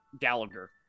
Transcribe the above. Gallagher